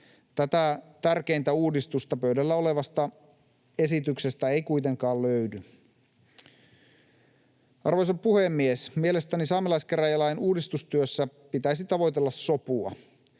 Tätä tärkeintä uudistusta pöydällä olevasta esityksestä ei kuitenkaan löydy. Arvoisa puhemies! Mielestäni saamelaiskäräjälain uudistustyössä pitäisi tavoitella sopua